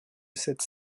cette